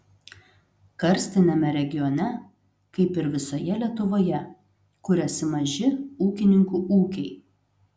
karstiniame regione kaip ir visoje lietuvoje kuriasi maži ūkininkų ūkiai